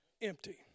Empty